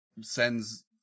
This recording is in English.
sends